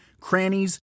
crannies